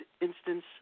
instance